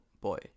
boy